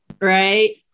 right